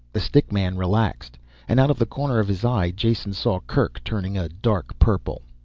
the stick man relaxed and out of the corner of his eye jason saw kerk turning a dark purple.